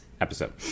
episode